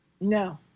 No